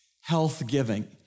health-giving